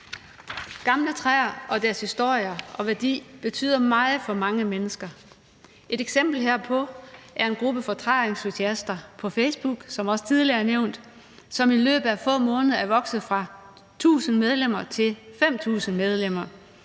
Gamle træer og deres historie og værdi betyder meget for mange mennesker. Et eksempel herpå er en gruppe for træentusiaster på Facebook, som også tidligere er nævnt, og som i løbet af få måneder er vokset fra 1.000 medlemmer